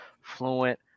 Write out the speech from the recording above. Fluent